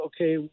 okay